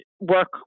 work